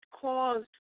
caused